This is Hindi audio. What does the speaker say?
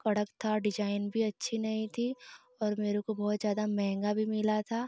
कड़क था डिजाइन भी अच्छी नही थी और मेरे को बहुत ज़्यादा महंगा भी मिला था